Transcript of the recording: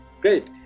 Great